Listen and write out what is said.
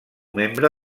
membre